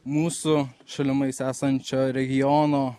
mūsų šalimais esančio regiono